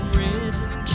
risen